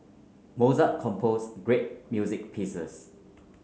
Mozart composed great music pieces